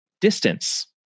distance